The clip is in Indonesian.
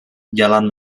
jalan